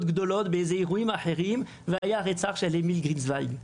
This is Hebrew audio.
גדולות בעקבות הרצח של אמיל גרינצווייג,